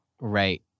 Right